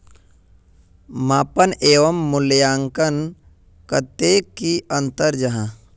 मापन एवं मूल्यांकन कतेक की अंतर जाहा?